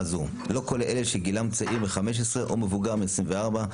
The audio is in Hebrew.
זו לא כולל אלה שגילם צעיר מ-15 או מבוגר מ-24,